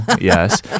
Yes